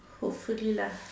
hopefully lah